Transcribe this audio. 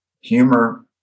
humor